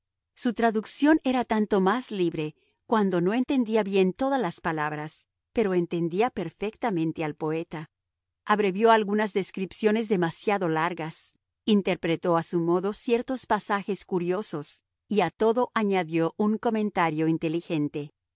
su traducción era tanto más libre cuanto que no entendía bien todas las palabras pero entendía perfectamente al poeta abrevió algunas descripciones demasiado largas interpretó a su modo ciertos pasajes curiosos y a todo añadió un comentario inteligente